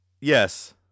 Yes